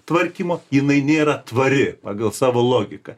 tvarkymo jinai nėra tvari pagal savo logiką